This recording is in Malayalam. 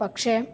പക്ഷേ